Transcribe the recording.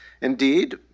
Indeed